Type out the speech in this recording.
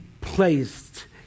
placed